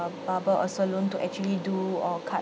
um barber or salon to actually do or cut